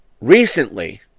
recently